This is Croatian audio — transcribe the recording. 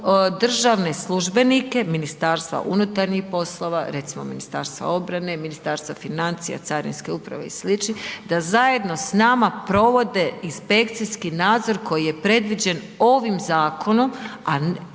državne službenike MUP-a, recimo i Ministarstva obrane, Ministarstva financija i carinske uprave i sl., da zajedno s nama provode i inspekcijski nadzor koji je predviđen ovim zakonom